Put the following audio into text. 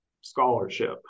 scholarship